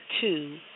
two